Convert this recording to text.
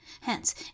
hence